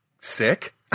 Sick